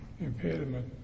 impediment